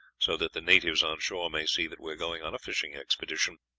so that the natives on shore may see that we are going on a fishing expedition.